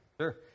Sure